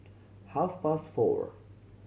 half past four